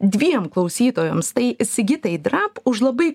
dviem klausytojoms tai sigitai drap už labai